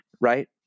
right